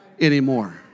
anymore